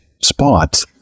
spot